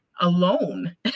alone